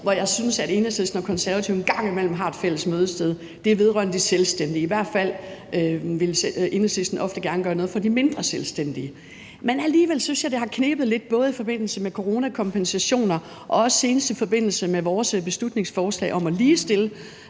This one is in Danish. hvor jeg synes Enhedslisten og Konservative en gang imellem har et fælles mødested, er vedrørende de selvstændige, i hvert fald vil Enhedslisten ofte gerne gøre noget for de mindre selvstændige. Men alligevel synes jeg, at det har knebet lidt både i forbindelse med coronakompensationer og også senest i forbindelse med vores beslutningsforslag om at ligestille